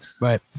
Right